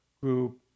group